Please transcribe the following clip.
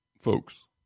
folks